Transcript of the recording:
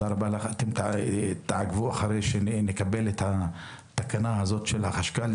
מנהלת הוועדה, תעקבו שנקבל את התקנה הזאת מהחשכ"ל.